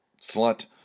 slut